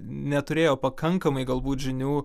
neturėjo pakankamai galbūt žinių